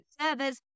servers